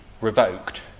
revoked